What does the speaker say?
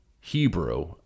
Hebrew